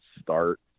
start